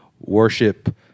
worship